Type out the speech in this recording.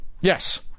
Yes